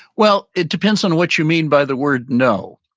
well, it depends on what you mean by the word, no.